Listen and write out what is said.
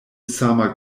sama